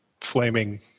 flaming